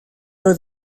oedd